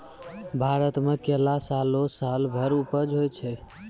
भारत मे केला सालो सालो भर उपज होय छै